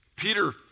Peter